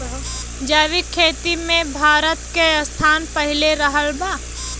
जैविक खेती मे भारत के स्थान पहिला रहल बा